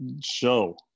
Show